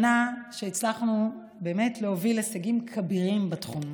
שנה שבה הצלחנו באמת להוביל להישגים כבירים בתחום.